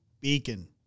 Beacon